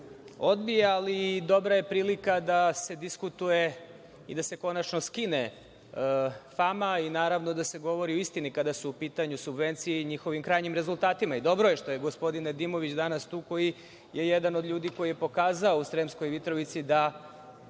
ali dobra je prilika da se diskutuje i da se konačno skine fama i da se govori o istini kada su u pitanju subvencije i njihovim krajnjim rezultatima. Dobro je što je gospodin Nedimović danas tu, koji je jedan od ljudi koji je pokazao u Sremskoj Mitrovici da